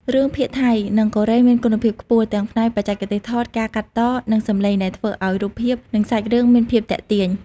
រឿងភាគថៃ និងកូរ៉េមានគុណភាពខ្ពស់ ទាំងផ្នែក បច្ចេកទេសថត ការកាត់ត និងសំឡេង ដែលធ្វើឲ្យរូបភាព និងសាច់រឿងមានភាពទាក់ទាញ។